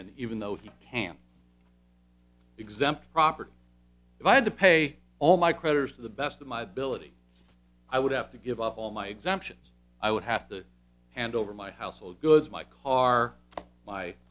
in even though if you can exempt property if i had to pay all my creditors to the best of my ability i would have to give up all my exemptions i would have to hand over my household goods my car my